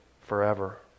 forever